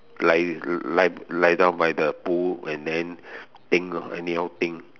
lie lie lie down by the pool and then think anyhow think